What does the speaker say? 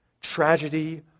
Tragedy